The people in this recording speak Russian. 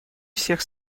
всех